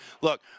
look